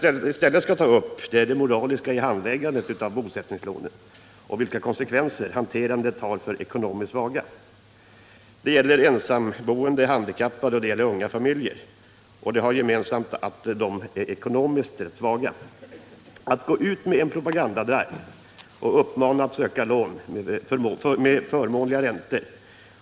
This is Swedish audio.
Vad jag i stället skall ta upp är det moraliska i handläggandet av bosättningslånen och vilka konsekvenser hanterandet har för ekonomiskt svaga. Det gäller ensamboende, handikappade och unga familjer, varvid det gemensamma är att de är ekonomiskt svaga. Man har gått ut med en propagandadrive och uppmanat folk att söka lån med förmånliga räntor.